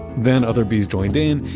then other bees joined in.